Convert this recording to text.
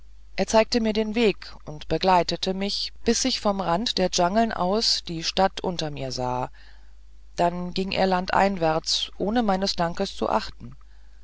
er zeigte mir den weg und begleitete mich bis ich vom rande der dschangeln aus die stadt unter mir sah dann ging er waldeinwärts ohne meines dankes zu achten